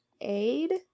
aid